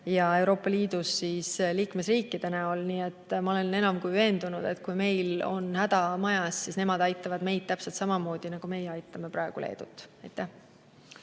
ja Euroopa Liidus liikmesriikide näol. Ma olen enam kui veendunud, et kui meil on häda majas, siis nemad aitavad meid täpselt samamoodi, nagu meie aitame praegu Leedut. Aitäh!